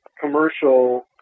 commercial